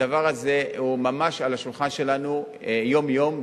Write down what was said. הדבר הזה הוא ממש על השולחן שלנו יום-יום,